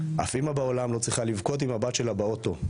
אף אמא בעולם לא צריכה לבכות עם הבת שלה באוטו,